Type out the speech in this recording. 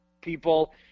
people